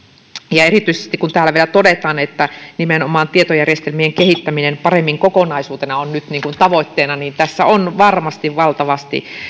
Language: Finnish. ja erityisesti kun täällä vielä todetaan että nimenomaan tietojärjestelmien kehittäminen paremmin kokonaisuutena on nyt tavoitteena niin tässä on varmasti valtavasti